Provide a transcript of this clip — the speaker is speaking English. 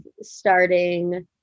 starting